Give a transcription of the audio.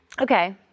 Okay